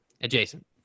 Adjacent